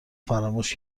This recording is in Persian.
فراموش